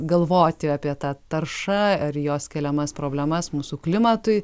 galvoti apie tą tarša ar jos keliamas problemas mūsų klimatui